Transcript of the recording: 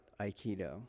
Aikido